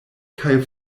kaj